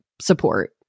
support